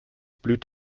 blüht